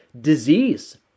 disease